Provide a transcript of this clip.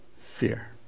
fear